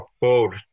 bold